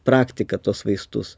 praktiką tuos vaistus